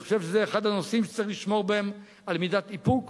אני חושב שזה אחד הנושאים שצריך לשמור בהם על מידת איפוק,